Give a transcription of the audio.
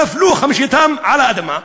נפלו חמשתם על האדמה,